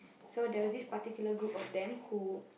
so there was this particular group of them who